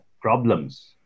problems